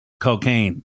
Cocaine